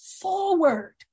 forward